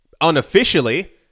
Unofficially